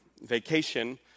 vacation